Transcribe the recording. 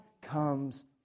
comes